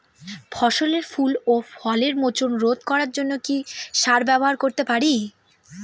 ফসলের ফুল ও ফলের মোচন রোধ করার জন্য কি সার ব্যবহার করতে পারি?